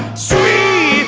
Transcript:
sweet